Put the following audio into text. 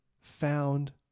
found